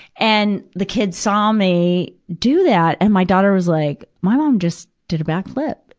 and, the kids saw me do that, and my daughter was like, my mom just did a backflip.